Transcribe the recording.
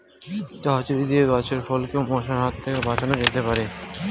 ঝাঁঝরি দিয়ে গাছের ফলকে মশার হাত থেকে বাঁচানো যেতে পারে?